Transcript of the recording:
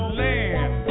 land